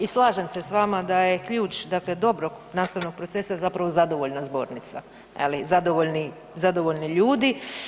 I slažem se s vama da je ključ dakle dobrog nastavnog procesa zapravo zadovoljna zbornica, zadovoljni ljudi.